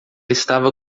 estava